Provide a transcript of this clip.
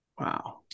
Wow